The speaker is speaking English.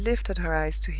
she lifted her eyes to his,